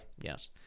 yes